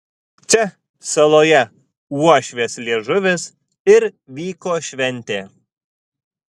čia saloje uošvės liežuvis ir vyko šventė